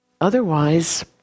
Otherwise